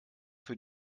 für